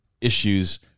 issues